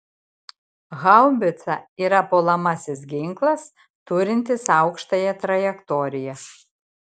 haubica yra puolamasis ginklas turintis aukštąją trajektoriją